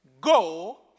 go